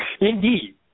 Indeed